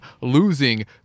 losing